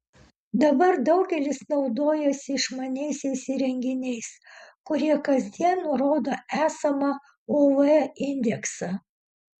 dabar daugelis naudojasi išmaniaisiais įrenginiais kurie kasdien nurodo esamą uv indeksą